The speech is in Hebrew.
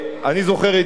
אני זוכר היטב,